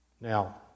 Now